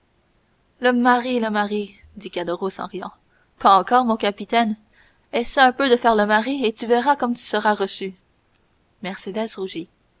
le mari le mari dit caderousse en riant pas encore mon capitaine essaie un peu de faire le mari et tu verras comme tu seras reçu